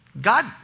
God